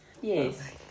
Yes